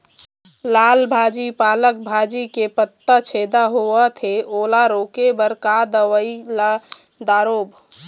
लाल भाजी पालक भाजी के पत्ता छेदा होवथे ओला रोके बर का दवई ला दारोब?